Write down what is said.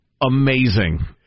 amazing